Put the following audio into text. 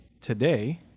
today